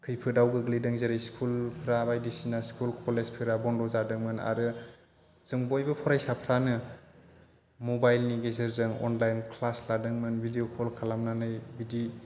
खैफोदाव गोग्लैदों जेरै स्कुलफ्रा बायदिसिना स्कुल कलेजफोरा बन्द' जादोंमोन आरो जों बयबो फरायसाफ्रानो मबाइलनि गेजेरजों अनलाइन क्लास लादोंमोन भिडिअ कल खालामनानै बिदि